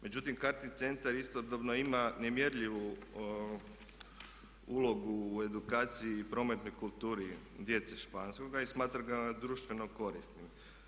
Međutim, Karting centar istodobno ima nemjerljivu ulogu u edukaciji i prometnoj kulturi djece iz Španskoga i smatram ga društveno korisnim.